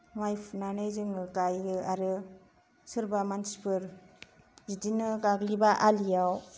माइ फुनानै जोङो गायो आरो सोरबा मानसिफोर बिदिनो गाग्लिबा आलियाव